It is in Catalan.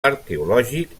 arqueològic